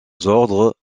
ordres